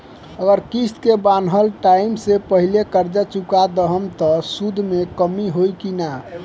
अगर किश्त के बनहाएल टाइम से पहिले कर्जा चुका दहम त सूद मे कमी होई की ना?